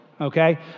okay